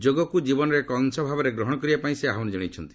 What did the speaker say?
ଯୋଗକୁ ଜୀବନର ଏକ ଅଂଶ ଭାବରେ ଗ୍ରହଣ କରିବା ପାଇଁ ସେ ଆହ୍ୱାନ ଜଣାଇଛନ୍ତି